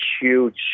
huge